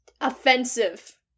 offensive